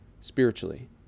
spiritually